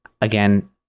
Again